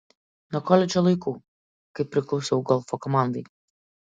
nuo koledžo laikų kai priklausiau golfo komandai